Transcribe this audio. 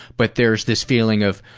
but there's this feeling of,